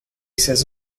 says